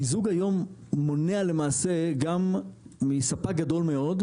המיזוג מונע היום למעשה גם מספק גדול מאוד,